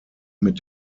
mit